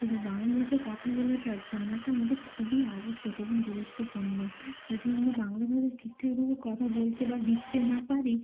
এবং বাংলা ভাষায় কথা বলাটা জানাটা আমাদের খুবই আবশ্যক এবং গুরুত্বপূর্ণ যদি আমরা বাংলা ভাষায় ঠিকঠাকভাবে কথা বলতে বা লিখতে না পারি